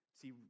see